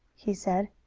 he said.